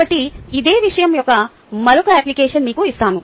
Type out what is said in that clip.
కాబట్టి ఇదే విషయం యొక్క మరొక అప్లికేషన్ మీకు ఇస్తాను